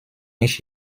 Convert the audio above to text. ich